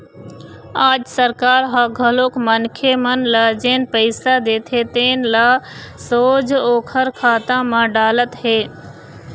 आज सरकार ह घलोक मनखे मन ल जेन पइसा देथे तेन ल सोझ ओखर खाता म डालत हे